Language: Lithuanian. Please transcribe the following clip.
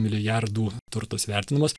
milijardų turtas vertinamas